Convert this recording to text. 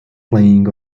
playing